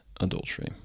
adultery